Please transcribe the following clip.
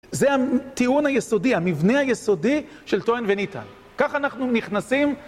זה הטיעון היסודי, המבנה היסודי של טוען וניטל. כך אנחנו נכנסים...